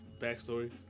backstory